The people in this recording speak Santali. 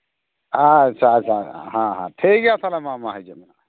ᱟᱪᱪᱷᱟ ᱟᱪᱪᱷᱟ ᱦᱮᱸ ᱴᱷᱤᱠ ᱜᱮᱭᱟ ᱛᱟᱦᱚᱞᱮ ᱢᱟ ᱢᱟ ᱦᱤᱡᱩᱜ ᱢᱮ